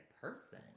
person